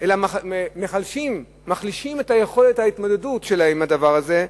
אלא מחלישים את יכולת ההתמודדות שלהם עם הדבר הזה,